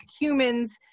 humans